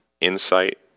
insight